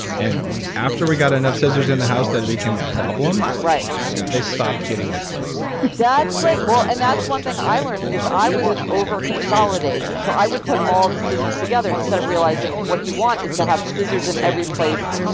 and after we got enough scissors in the house that it became a problem, they stopped getting misplaced that's great, and that's one thing i learned because i was an over-consolidator so i would put all the scissors together instead of realizing what you want is to have scissors in every place.